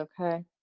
okay